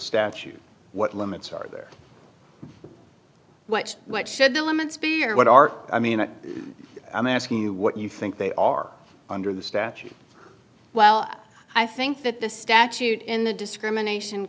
statute what limits are there what what should the limits be or what are i mean i'm asking you what you think they are under the statute well i think that the statute in the discrimination